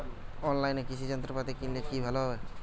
অনলাইনে কৃষি যন্ত্রপাতি কিনলে কি ভালো হবে?